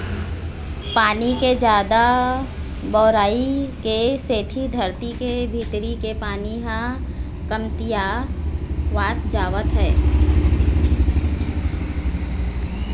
पानी के जादा बउरई के सेती धरती के भीतरी के पानी ह कमतियावत जावत हे